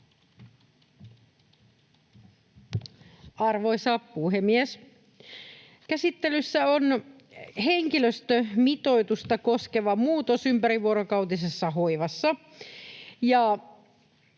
Arvoisa puhemies! Käsittelyssä on henkilöstömitoitusta koskeva muutos ympärivuorokautisessa hoivassa.